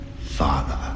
father